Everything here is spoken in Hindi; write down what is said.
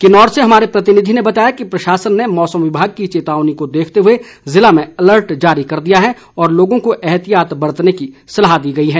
किन्नौर से हमारे प्रतिनिधि ने बताया है कि प्रशासन ने मौसम विभाग की चेतावनी को देखते हुए जिले में अलर्ट जारी कर दिया है और लोगों को एहतियात बरतने की सलाह दी गई है